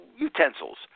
utensils